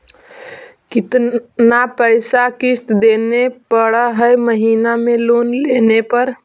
कितना पैसा किस्त देने पड़ है महीना में लोन लेने पर?